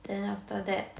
then after that